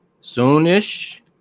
soon-ish